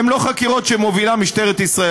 הן לא חקירות שמובילה משטרת ישראל.